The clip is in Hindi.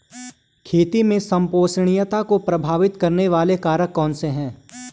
खेती में संपोषणीयता को प्रभावित करने वाले कारक कौन से हैं?